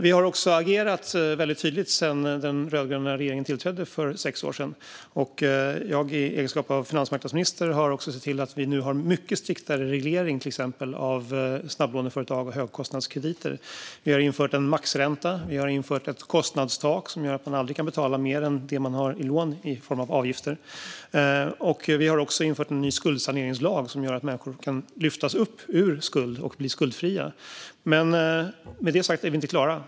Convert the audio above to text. Vi har också agerat väldigt tydligt sedan den rödgröna regeringen tillträdde för sex år sedan. I egenskap av finansmarknadsminister har jag också sett till att vi nu har en mycket striktare reglering av till exempel snabblåneföretag och högkostnadskrediter. Vi har infört en maxränta och ett kostnadstak som gör att man aldrig kan betala mer än det man har i lån i form av avgifter. Vi har också infört en ny skuldsaneringslag som gör att människor kan lyftas upp ur skuld och bli skuldfria. Med det sagt är vi inte klara.